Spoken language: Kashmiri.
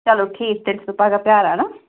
چلو ٹھیٖک تیٚلہِ چھَسو پَگاہ پیٛاران ہہ